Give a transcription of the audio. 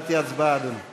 התשע"ו 2015, נתקבל.